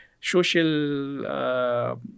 social